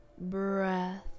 breath